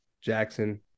Jackson